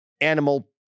animal